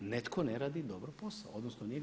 Netko ne radi dobro posao, odnosno nije ga